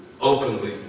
openly